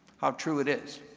how true it is.